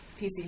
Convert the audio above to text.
pc